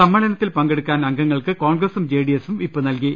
സമ്മേളനത്തിൽ പങ്കെടുക്കാൻ അംഗങ്ങൾക്ക് കോൺഗ്രസും ജെഡിഎസും വിപ്പ് നൽകി